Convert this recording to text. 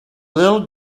little